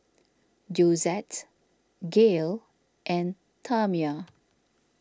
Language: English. Josette Gael and Tamia